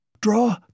Draw